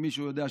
אם מישהו יודע,